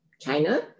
China